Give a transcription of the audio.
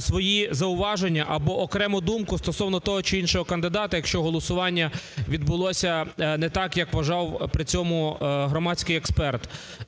свої зауваження або окрему думку стосовно того чи іншого кандидата, якщо голосування відбулося не так, як вважав при цьому громадський експерт.